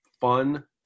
fun